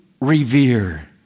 revere